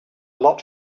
lot